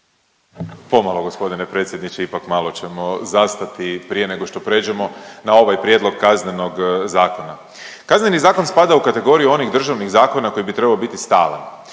Pomalo g. predsjedniče ipak malo ćemo zastati prije nego što prijeđemo na ovaj prijedlog Kaznenog zakona. Kazneni zakon spada u kategoriju onih državnih zakona koji bi trebao biti stalan,